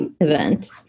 event